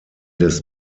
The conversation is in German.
des